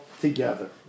together